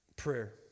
Prayer